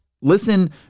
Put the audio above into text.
listen